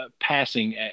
passing